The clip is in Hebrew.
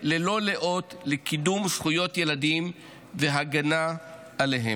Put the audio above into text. ללא לאות לקידום זכויות ילדים והגנה עליהם.